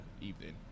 evening